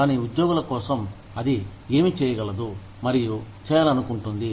దాని ఉద్యోగుల కోసం అదీ ఏమీ చేయగలదు మరియు చేయాలనుకుంటుంది